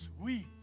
sweet